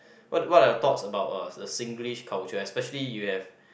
what what I was talk about uh the Singlish culture especially you have